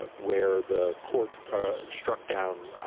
ah where the court struck down